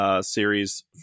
series